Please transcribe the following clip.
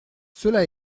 cela